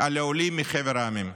על העולים מחבר המדינות.